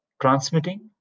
transmitting